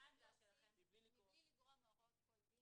--- מה שהציעה שחר סומך זה לנסח את הסעיף קצת אחרת.